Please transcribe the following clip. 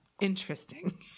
Interesting